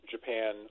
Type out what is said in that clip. japan